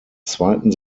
zweiten